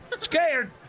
Scared